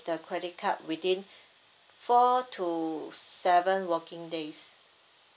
the credit card within four to seven working days